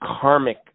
karmic